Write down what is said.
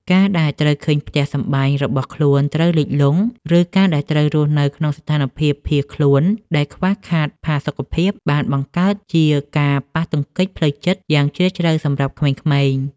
ការដែលត្រូវឃើញផ្ទះសម្បែងរបស់ខ្លួនត្រូវលិចលង់ ឬការដែលត្រូវរស់នៅក្នុងស្ថានភាពភៀសខ្លួនដែលខ្វះខាតផាសុកភាព បានបង្កើតជាការប៉ះទង្គិចផ្លូវចិត្តយ៉ាងជ្រាលជ្រៅសម្រាប់ក្មេងៗ។